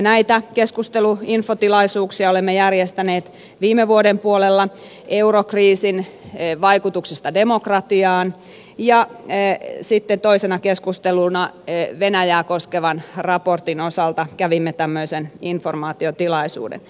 tällaisen keskustelu infotilaisuuden olemme järjestäneet viime vuoden puolella eurokriisin vaikutuksista demokratiaan ja sitten toisena keskusteluna venäjää koskevan raportin osalta kävimme tämmöisen informaatiotilaisuuden